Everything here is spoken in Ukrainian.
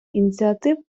ініціатив